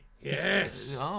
yes